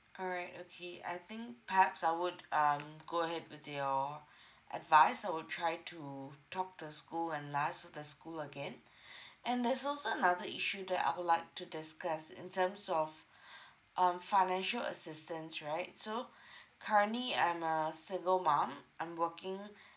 all right okay I think perhaps I would um go ahead with your advice I will try to talk to the school and liase with the school again and there's also another issue that I would like to discuss in terms of um financial assistance right so currently I'm a single mum I'm working